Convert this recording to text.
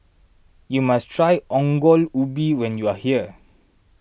you must try Ongol Ubi when you are here